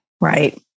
right